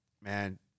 man